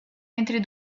entre